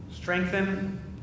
Strengthen